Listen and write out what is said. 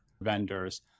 vendors